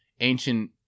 ancient